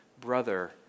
brother